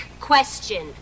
question